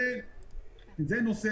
בסך הכול הוא צריך לשמור